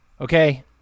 Okay